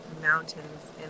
mountains